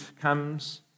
comes